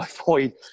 avoid